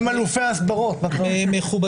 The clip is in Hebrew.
אני גם רוצה לומר שהסוגיה של תושבי הכפרים הלא מוכרים,